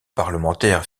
parlementaire